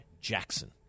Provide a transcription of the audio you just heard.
Jackson